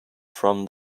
from